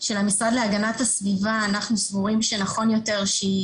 של המשרד להגנת הסביבה אנחנו סבורים שנכון יותר שהיא